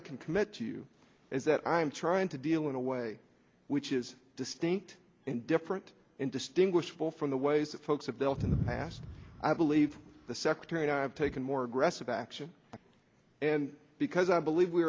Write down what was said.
i can commit to you is that i am trying to deal in a way which is distinct and different indistinguishable from the ways that folks have built in the past i believe the secretary and i have taken more aggressive action and because i believe we